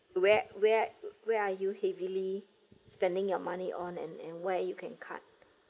where where where are you heavily spending your money on and and where you can cut